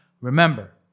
remember